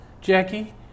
Jackie